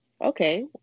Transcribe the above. Okay